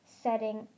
setting